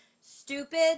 stupid